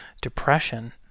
depression